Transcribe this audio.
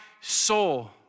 soul